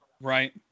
Right